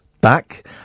back